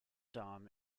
dam